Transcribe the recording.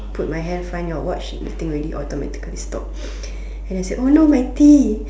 put my hand find your watch the thing already automatically stop and then I see oh no my tea